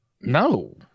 No